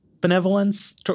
benevolence